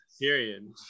period